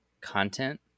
content